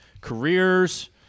careers